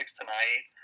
tonight